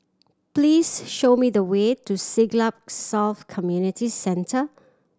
please show me the way to Siglap South Community Centre